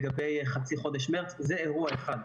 לגבי חצי חודש מרץ, זה אירוע אחד.